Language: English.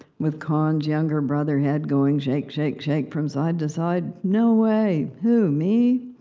with conn's younger-brother head going shake-shake-shake from side to side. no way! who? me?